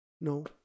No